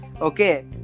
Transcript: okay